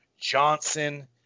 Johnson